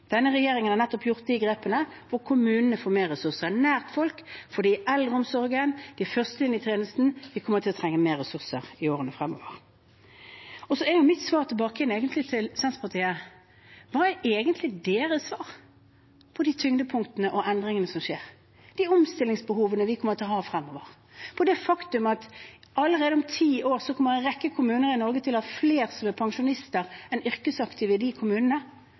Denne regjeringen har gjort nettopp de grepene som gjør at kommunene får flere ressurser nær folk, for det er i eldreomsorgen og i førstelinjetjenesten vi kommer til å trenge flere ressurser i årene fremover. Mitt svar til Senterpartiet er: Hva er egentlig deres svar på de tyngdepunktene og endringene som skjer, og de omstillingsbehovene vi kommer til å ha fremover? Allerede om ti år kommer en rekke kommuner i Norge til å ha flere pensjonister enn yrkesaktive.